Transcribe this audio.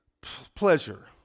Pleasure